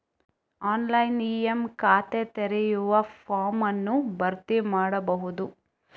online e ವಿಮಾ ಖಾತೆ ತೆರೆಯುವ ಫಾರ್ಮ್ ಅನ್ನು ಭರ್ತಿ ಮಾಡಬಹುದು